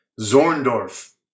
Zorndorf